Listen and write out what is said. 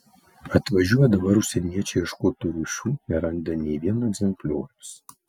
atvažiuoja dabar užsieniečiai ieškot tų rūšių neranda nei vieno egzemplioriaus